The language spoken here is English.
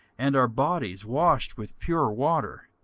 and our bodies washed with pure water.